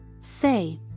Say